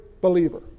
believer